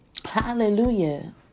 Hallelujah